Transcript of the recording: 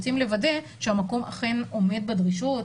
רוצים לוודא שהמקום אכן עומד בדרישות,